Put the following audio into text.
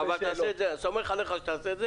אני סומך עליך שתעשה את זה